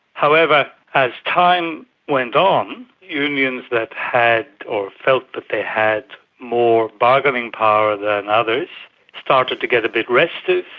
however, as time went on, unions that had or felt that they had more bargaining power than others started to get a bit restive,